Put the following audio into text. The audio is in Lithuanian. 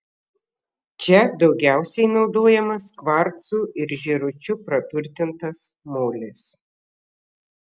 čia daugiausiai naudojamas kvarcu ir žėručiu praturtintas molis